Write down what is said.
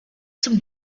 zum